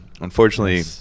unfortunately